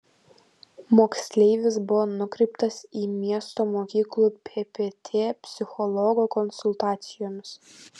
moksleivis buvo nukreiptas į miesto mokyklų ppt psichologo konsultacijoms